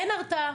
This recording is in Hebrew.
אין הרתעה.